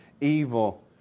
evil